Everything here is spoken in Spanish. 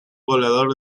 goleador